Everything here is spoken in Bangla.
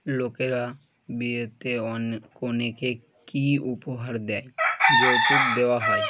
লোকেরা বিয়েতে অনে কনেকে কী উপহার দেয় যৌতূক দেওয়া হয়